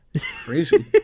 crazy